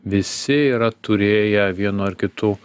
visi yra turėję vienu ar kitu